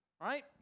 Right